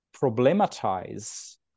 problematize